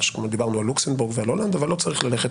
דיברנו על לוכסמבורג ועל הולנד אבל לא צריך ללכת